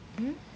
mm